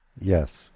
Yes